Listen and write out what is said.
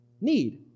need